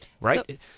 right